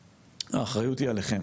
האחריות היא עליכם